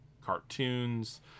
cartoons